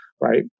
Right